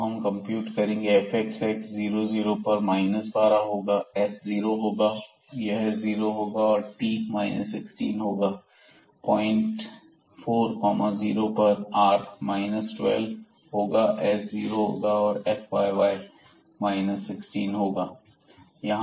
अब हम r compute करेंगे अतः fxx 00 पर 12 होगा s जीरो होगा यह जीरो होगा और t 16 होगा पॉइंट 4 0 पर r 12 होगा s जीरो और fyy 16 होगा